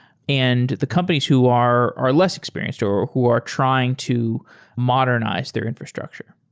and the companies who are are less experienced or who are trying to modernize their infrastructure.